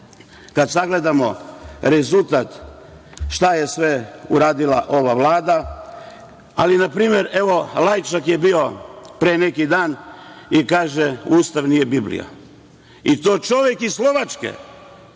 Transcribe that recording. kada sagledamo rezultat šta je sve uradila ova Vlada…Ali, na primer, evo, Lajčak je bio pre neki dan i kaže – Ustav nije Biblija, i to čovek iz Slovačke,